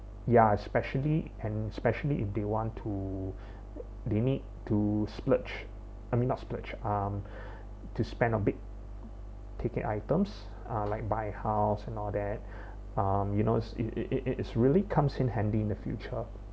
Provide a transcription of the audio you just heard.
ya especially and specially if they want to they need to splurge I mean not splurge um to spend on big ticket items like buy house and all that um you know it's it it it is really comes in handy in the future